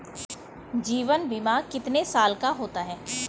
जीवन बीमा कितने साल का होता है?